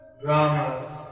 dramas